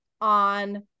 on